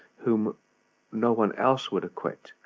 whom no one else would acquit,